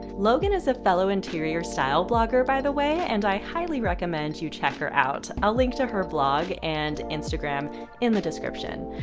logan is a fellow interior style blogger by the way, and i highly recommend you check her out! i'll link to her blog and instagram in the description.